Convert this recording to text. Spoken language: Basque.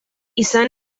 izan